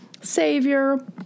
Savior